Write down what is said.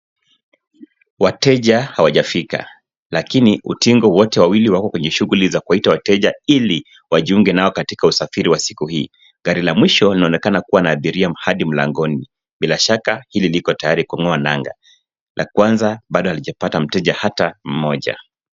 Wateja hawajafika lakini utingo wote wawili wako kwenye shughuli za kuita wateja ili wajiunge nao katika usafari wa siku hii. Gari la mwisho linaonekana kuwa na abiria hadi mlangoni bila shaka liko tayari kung'oa nanga la kwanza bado halijapata mteja hata mmoja.